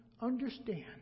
understand